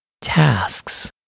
tasks